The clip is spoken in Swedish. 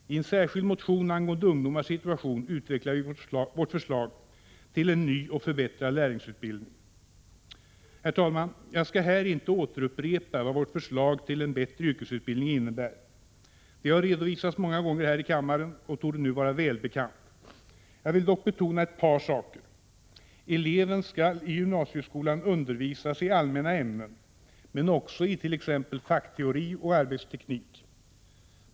I en särskild motion angående ungdomarnas situation utvecklar vi vårt förslag till en ny och förbättrad lärlingsutbildning. Herr talman! Jag skall här inte upprepa vad vårt förslag till en bättre yrkesutbildning innebär. Det har redovisats många gånger här i kammaren och torde nu vara välbekant. Jag vill dock betona ett par saker. Eleven skall i gymnasieskolan undervisas i allmänna ämnen men också it.ex. fackteori och arbetsteknik.